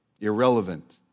irrelevant